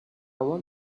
want